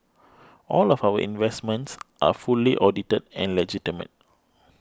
all of our investments are fully audited and legitimate